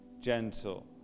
gentle